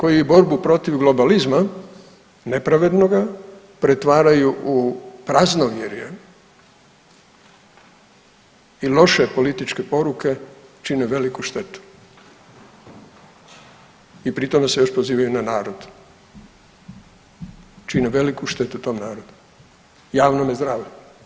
Oni koji borbu protiv globalizma nepravednoga pretvaraju u praznovjerje i loše političke poruke čine veliku štetu i pri tome se još pozivaju na narod, čine veliku štetu tom narodu, javnome zdravlju.